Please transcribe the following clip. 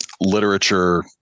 literature